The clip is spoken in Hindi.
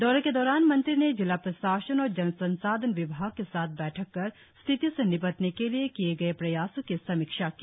दौरे के दौरान मंत्री ने जिला प्रशासन और जल संसाधन विभाग दवारा स्थिति से निपटने के लिए किए गए प्रयासों की समीक्षा की